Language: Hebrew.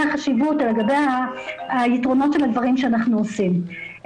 החשיבות ולגבי היתרונות של הדברים שאנחנו עושים.